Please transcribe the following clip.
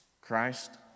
Christ